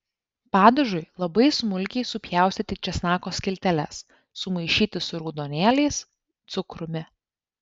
padažui labai smulkiai supjaustyti česnako skilteles sumaišyti su raudonėliais cukrumi